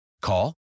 Call